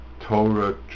Torah